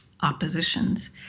oppositions